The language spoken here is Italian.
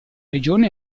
regione